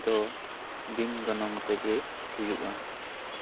ᱫᱚ ᱵᱤᱱ ᱜᱚᱱᱚᱝ ᱛᱮᱜᱮ ᱦᱩᱭᱩᱜᱼᱟ